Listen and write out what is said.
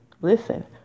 Listen